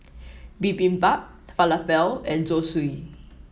Bibimbap Falafel and Zosui